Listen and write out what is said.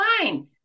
Fine